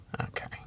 Okay